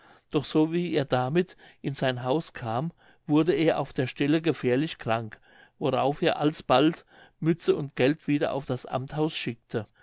doch so wie er damit in sein haus kam wurde er auf der stelle gefährlich krank worauf er alsbald mütze und geld wieder auf das amthaus schickte